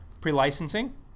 pre-licensing